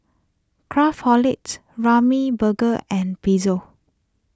Craftholic Ramly Burger and Pezzo